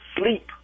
sleep